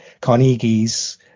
Carnegie's